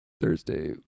Thursday